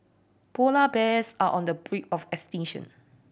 polar bears are on the brink of extinction